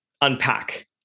unpack